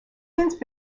since